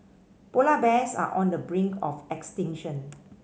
polar bears are on the brink of extinction